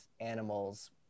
animals